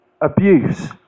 abuse